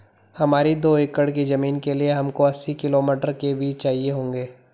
हमारी दो एकड़ की जमीन के लिए हमको अस्सी किलो मटर के बीज चाहिए होंगे